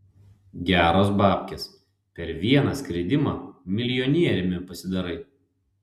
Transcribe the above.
geros babkės per vieną skridimą milijonieriumi pasidarai